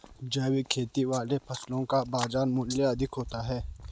जैविक खेती वाली फसलों का बाजार मूल्य अधिक होता है